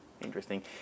Interesting